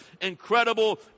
incredible